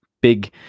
big